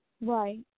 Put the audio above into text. Right